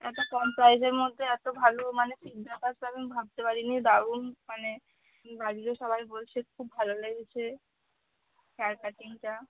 এত কম প্রাইসের মধ্যে এত ভালো মানে ঠিক আমি ভাবতে পারিনি দারুণ মানে বাড়িরও সবাই বলছে খুব ভালো লেগেছে হেয়ার কাটিংটা